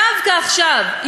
דווקא עכשיו,